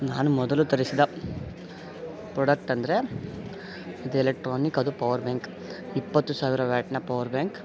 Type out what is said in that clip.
ನಾನು ಮೊದಲು ತರಿಸಿದ ಪ್ರೊಡಕ್ಟ್ ಅಂದರೆ ಇದು ಎಲೆಕ್ಟ್ರಾನಿಕ್ ಅದು ಪವರ್ ಬ್ಯಾಂಕ್ ಇಪ್ಪತ್ತು ಸಾವಿರ ವ್ಯಾಟ್ನ ಪವರ್ ಬ್ಯಾಂಕ್